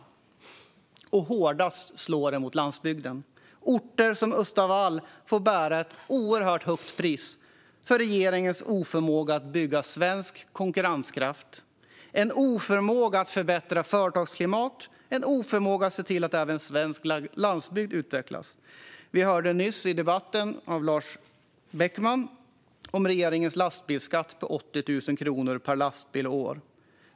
Hårdast slår det mot landsbygden. Orter som Östavall får betala ett oerhört högt pris för regeringens oförmåga att bygga svensk konkurrenskraft, oförmåga att förbättra vårt företagsklimat och oförmåga att se till att även svensk landsbygd utvecklas. Vi hörde nyss i debatten av Lars Beckman om regeringens lastbilsskatt på 80 000 kronor per lastbil och år.